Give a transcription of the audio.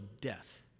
death